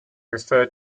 referred